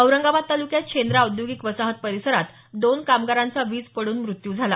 औरंगाबाद तालुक्यात शेंद्रा औद्योगिक वसाहत परिसरात दोन कामगारांचा वीज पड्रन मृत्यू झाला